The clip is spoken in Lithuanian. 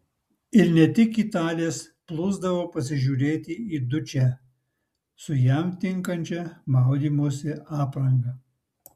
ir ne tik italės plūsdavo pasižiūrėti į dučę su jam tinkančia maudymosi apranga